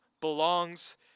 belongs